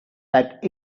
that